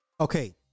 Okay